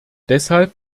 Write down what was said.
deshalb